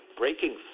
breaking